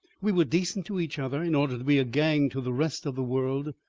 we were decent to each other in order to be a gang to the rest of the world.